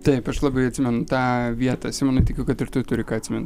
taip aš labai atsimenu tą vietą simonai tikiu kad ir tu turi ką atsimint